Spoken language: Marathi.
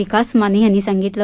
विकास माने यांनी सांगितलं